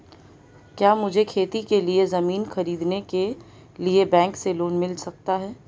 क्या मुझे खेती के लिए ज़मीन खरीदने के लिए बैंक से लोन मिल सकता है?